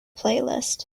playlist